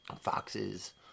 foxes